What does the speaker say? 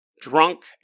drunk